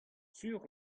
sur